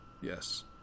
Yes